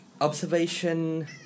observation